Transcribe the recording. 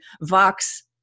Vox